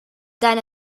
tant